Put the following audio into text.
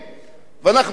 ואנחנו עובדים.